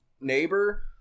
neighbor